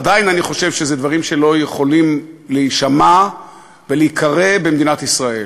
עדיין אני חושב שאלו דברים שלא יכולים להישמע ולהיקרא במדינת ישראל,